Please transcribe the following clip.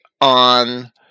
on